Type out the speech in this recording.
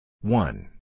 one